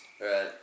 Right